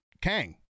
kang